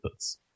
inputs